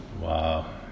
Wow